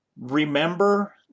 remember